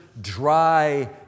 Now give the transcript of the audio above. dry